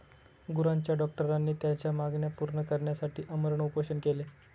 गुरांच्या डॉक्टरांनी त्यांच्या मागण्या पूर्ण करण्यासाठी आमरण उपोषण केले